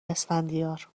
اسفندیار